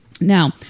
Now